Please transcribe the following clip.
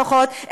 לפחות,